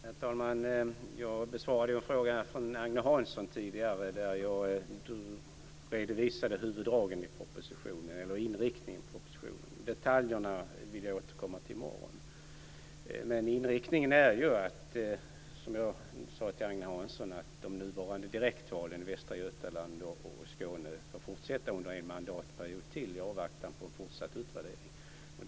Herr talman! Jag besvarade ju tidigare en fråga från Agne Hansson där jag redovisade huvuddragen i propositionen, eller inriktningen på propositionen. Detaljerna vill jag återkomma till i morgon. Inriktningen är ju, som jag sade till Agne Hansson, att de nuvarande direktvalen i Västra Götaland och Skåne får fortsätta under en mandatperiod till i avvaktan på fortsatt utvärdering.